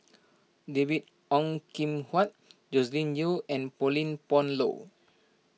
David Ong Kim Huat Joscelin Yeo and Pauline Dawn Loh